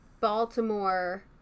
Baltimore